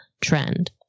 trend